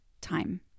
time